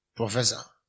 professor